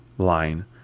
line